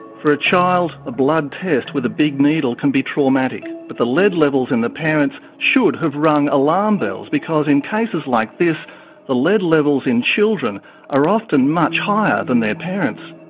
for a child, a blood test with a big needle can be traumatic, but the lead levels in the parents should have rung alarm bells, because in cases like this the lead levels in children are often much higher than their parents'.